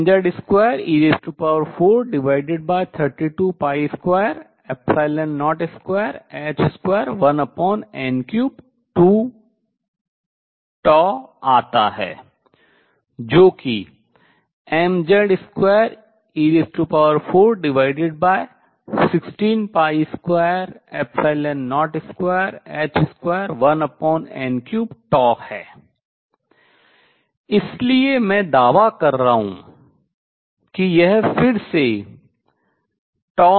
तो h mZ2e432202h21n32τ आता है जो कि mZ2e416202h21n3 है इसलिए मैं दावा कर रहा हूँ कि यह फिर से classicalh है